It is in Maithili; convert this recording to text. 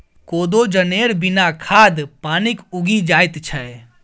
कोदो जनेर बिना खाद पानिक उगि जाएत छै